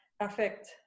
affect